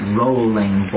rolling